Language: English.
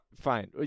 Fine